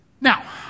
Now